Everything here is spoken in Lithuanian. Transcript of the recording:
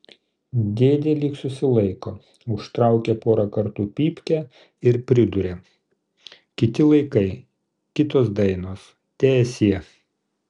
dėdė lyg susilaiko užtraukia porą kartų pypkę ir priduria kiti laikai kitos dainos teesie